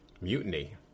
Mutiny